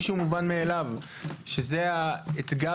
חוק השקיות ההצלחה שלו זה ההצלחה שצריך